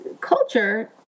culture